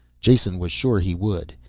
jason was sure he would.